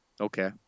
Okay